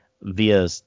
via